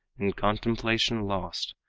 in contemplation lost,